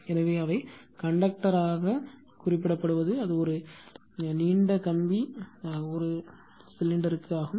எனவே அவை கண்டக்டர் ஆக குறிப்பிட படுவது அது ஒரு நீண்ட கம்பி சிலிண்டர் ஆகும்